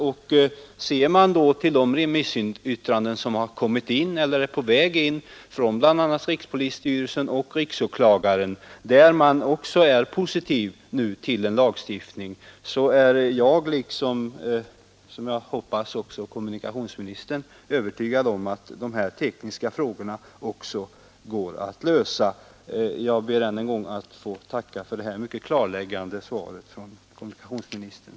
De remissyttranden som kommit in eller som är på väg från bl.a. rikspolisstyrelsen och iksåklagaren, som ställer sig positiva till en lagstiftning, gör mig — och som jag hoppas också kommunikationsministern — övertygad om att de tekniska frågorna går att lösa. Jag ber än en gång att få tacka för det mycket klarläggande svaret från kommunikationsministern.